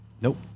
Nope